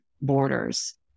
borders